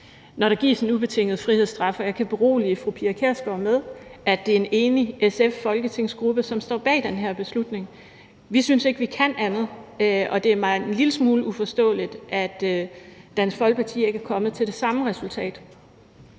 når der gives en ubetinget frihedsstraf. Jeg kan berolige fru Pia Kjærsgaard med, at det er en enig SF-folketingsgruppe, som står bag den her beslutning. Vi synes ikke, at vi kan andet, og det er mig en lille smule uforståeligt, at Dansk Folkeparti ikke er kommet til det samme resultat.